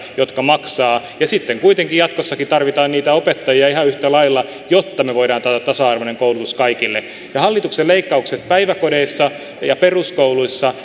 jotka maksavat sitten kuitenkin jatkossakin tarvitaan niitä opettajia ihan yhtä lailla jotta me voimme taata tasa arvoisen koulutuksen kaikille hallituksen leikkaukset päiväkodeissa ja peruskouluissa